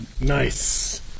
Nice